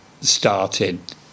started